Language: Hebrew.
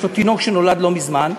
יש לו תינוק שנולד לא מזמן,